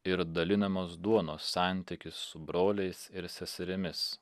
ir dalinamos duonos santykis su broliais ir seserimis